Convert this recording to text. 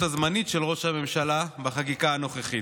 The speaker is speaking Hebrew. הזמנית של ראש הממשלה בחקיקה הנוכחית.